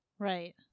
Right